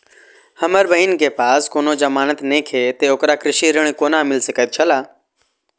हमर बहिन के पास कोनो जमानत नेखे ते ओकरा कृषि ऋण कोना मिल सकेत छला?